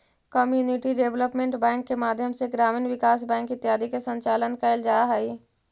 community development bank के माध्यम से ग्रामीण विकास बैंक इत्यादि के संचालन कैल जा हइ